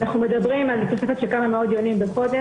אנחנו מדברים על תוספת של כמה מאות דיונים בחודש,